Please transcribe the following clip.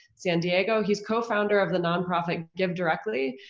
san diego. he's co-founder of the non-profit givedirectly.